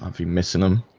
um missing them